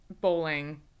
bowling